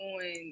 on